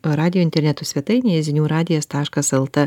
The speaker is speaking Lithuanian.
radijo interneto svetainėje ziniu radijas taškas lt